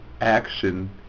action